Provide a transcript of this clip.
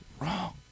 wrong